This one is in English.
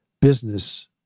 business